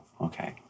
okay